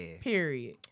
Period